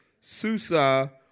Susa